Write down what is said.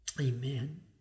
Amen